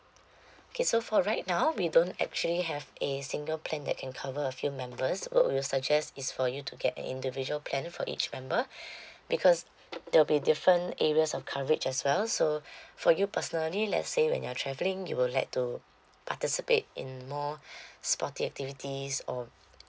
okay so for right now we don't actually have a single plan that can cover a few members what we would suggest is for you to get an individual plan for each member because there will be different areas of coverage as well so for you personally let's say when you're travelling you would like to participate in more sporty activities or